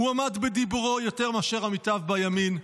הוא עמד בדיבורו יותר מאשר עמיתיו בימין,